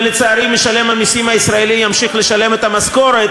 ולצערי משלם המסים הישראלי ימשיך לשלם את המשכורת